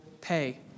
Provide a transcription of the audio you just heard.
pay